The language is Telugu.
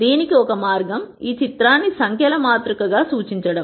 దీనికి ఒక మార్గం ఈ చిత్రాన్ని సంఖ్యల మాతృక గా సూచించడం